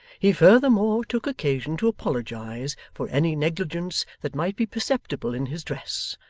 he furthermore took occasion to apologize for any negligence that might be perceptible in his dress,